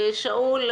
שאול,